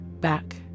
Back